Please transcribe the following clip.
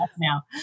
now